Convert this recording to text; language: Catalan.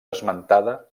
esmentada